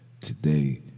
today